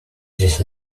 здесь